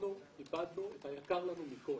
אנחנו אבדנו את היקר לנו מכל.